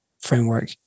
framework